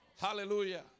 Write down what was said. Hallelujah